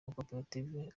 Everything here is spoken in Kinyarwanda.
makoperative